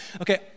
Okay